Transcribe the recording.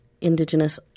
Indigenous